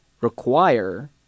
require